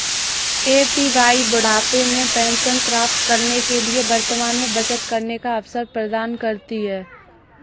APY बुढ़ापे में pension प्राप्त करने के लिए वर्तमान में बचत करने का अवसर प्रदान करती है